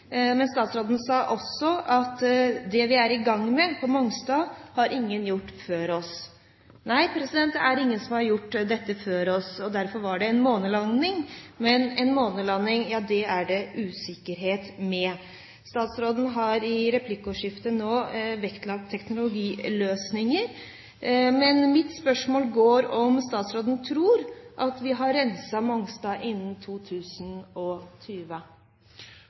men statsråden sa også at det vi er i gang med på Mongstad, har ingen gjort før oss. Nei, det er ingen som har gjort dette før oss, og derfor var det en månelanding, men en månelanding er det usikkerhet ved. Statsråden har i replikkordskiftet nå vektlagt teknologiløsninger, men mitt spørsmål går på om statsråden tror at vi har renset Mongstad innen 2020.